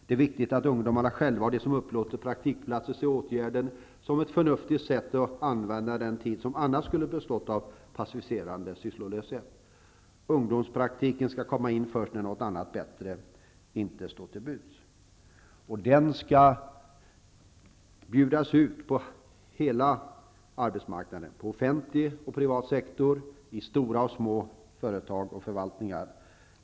Det är viktigt att ungdomarna själva och de som upplåter praktikplatser ser åtgärden som ett förnuftigt sätt att använda den tid som annars skulle ha ägnats åt passiviserande sysslolöshet. Ungdomspraktiken skall komma in först när något annat och bättre inte står till buds. Den skall bjudas ut på hela arbetsmarknaden, på offentlig och privat sektor, i stora och små företag och förvaltningar.